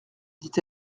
dit